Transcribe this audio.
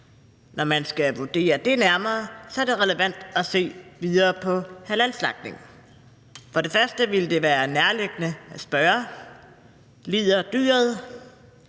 Når man skal vurdere det nærmere, er det relevant at se videre på halalslagtning. For det første vil det være nærliggende at spørge: Lider dyret?